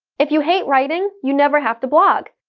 if you hate writing, you never have to blog.